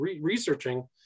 researching